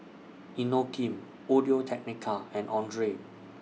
Inokim Audio Technica and Andre